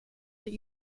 that